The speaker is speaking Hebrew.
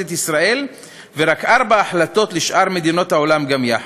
את ישראל ורק ארבע החלטות על שאר מדינות העולם גם יחד.